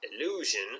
illusion